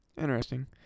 Interesting